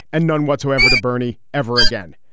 and none whatsoever to bernie ever again.